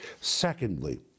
Secondly